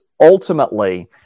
ultimately